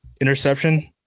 interception